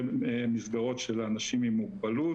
ומסגרות של אנשים עם מוגבלות,